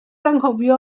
anghofio